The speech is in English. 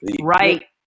Right